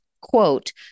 Quote